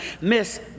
Miss